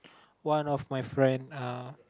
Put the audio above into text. one of my friend uh